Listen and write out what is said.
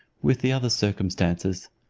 with the other circumstances.